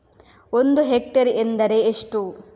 ಒಂದು ಹೆಕ್ಟೇರ್ ಎಂದರೆ ಎಷ್ಟು?